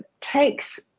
takes